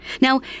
Now